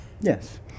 Yes